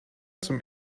zum